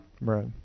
Right